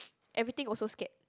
everything also scared